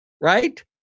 right